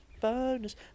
Bonus